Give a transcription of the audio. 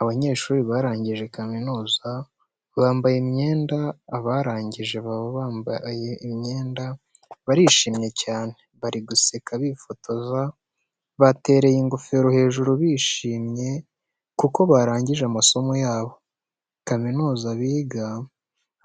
Abanyeshuri barangije kaminuza, bambaye imyenda abarangije baba bambaye, barishimye cyane, bari guseka bifotoza, batereye ingofero hejuru bishimye kuko barangije amasomo yabo. Kaminuza biga